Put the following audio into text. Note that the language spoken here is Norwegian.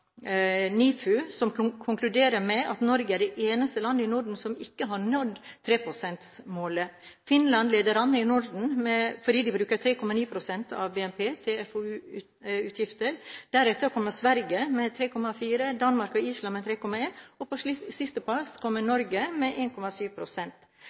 NIFU som konkluderer med at Norge er det eneste landet i Norden som ikke har nådd 3 pst.-målet. Finland leder an i Norden, fordi de bruker 3,9 pst. av BNP til FoU-utgifter. Deretter kommer Sverige med 3,4 pst., Danmark og Island med 3,1 pst., og på siste plass kommer